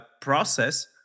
process